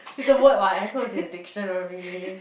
it's a word [what] asshole is in the dictionary